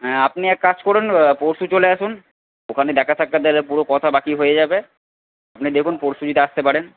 হ্যাঁ আপনি এক কাজ করুন না দাদা পরশু চলে আসুন ওখানে দেখা সাক্ষাৎ আরে পুরো কথা বাকি হয়ে যাবে আপনি দেখুন পরশু যদি আসতে পারেন